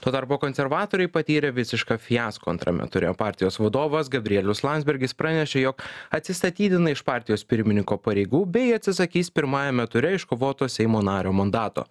tuo tarpu konservatoriai patyrė visišką fiasko antrame ture partijos vadovas gabrielius landsbergis pranešė jog atsistatydina iš partijos pirmininko pareigų bei atsisakys pirmajame ture iškovoto seimo nario mandato